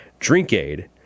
DrinkAid